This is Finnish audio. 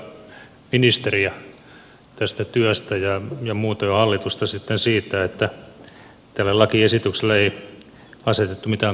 kiittelen ennen kaikkea ministeriä tästä työstä ja muutoin hallitusta sitten siitä että tälle lakiesitykselle ei asetettu mitään kohtuuttomia esteitä